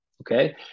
okay